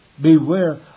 Beware